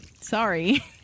sorry